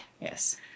Yes